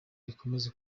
rikomeze